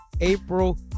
April